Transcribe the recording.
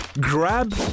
grab